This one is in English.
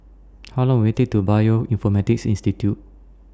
How Long Will IT Take to Bioinformatics Institute